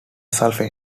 sulfate